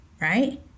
Right